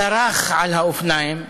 דרך על האופניים,